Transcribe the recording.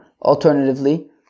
alternatively